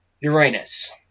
Uranus